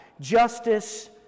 justice